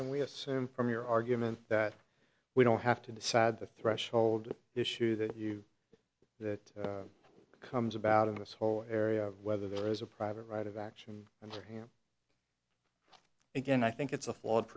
can we assume from your argument that we don't have to decide the threshold issue that you that comes about in this whole area of whether there is a private right of action and so here again i think it's a flawed